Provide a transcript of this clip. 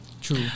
true